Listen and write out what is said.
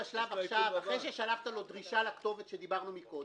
אחרי ששלחת לו דרישה לכתובת שדיברנו מקודם,